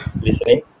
listening